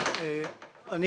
בבקשה.